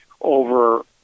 over